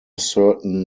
certain